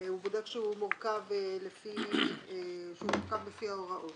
מורכב לפי ההוראות.